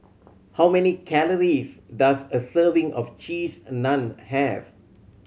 how many calories does a serving of Cheese Naan have